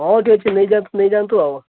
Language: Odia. ହଉ ଠିକ୍ ଅଛି ନେଇଯାନ୍ତୁ ନେଇଯାନ୍ତୁ ଆଉ